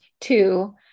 two